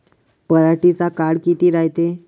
पराटीचा काळ किती रायते?